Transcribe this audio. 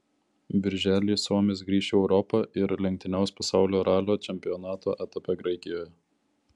birželį suomis sugrįš į europą ir lenktyniaus pasaulio ralio čempionato etape graikijoje